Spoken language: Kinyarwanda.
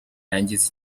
yangiza